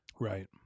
right